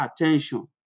attention